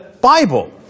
Bible